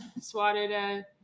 swatted